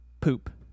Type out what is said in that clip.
poop